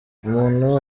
umuntu